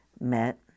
met